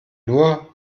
nur